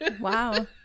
Wow